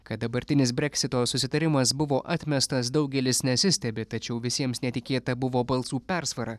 kad dabartinis breksito susitarimas buvo atmestas daugelis nesistebi tačiau visiems netikėta buvo balsų persvara